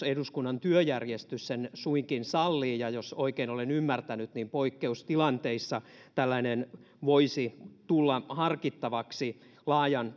eduskunnan työjärjestys sen suinkin sallii ja jos oikein olen ymmärtänyt niin poikkeustilanteissa tällainen voisi tulla harkittavaksi laajan